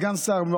סגן שר,